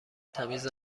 تمیز